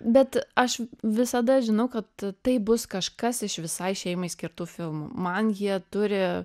bet aš visada žinau kad tai bus kažkas iš visai šeimai skirtų filmų man jie turi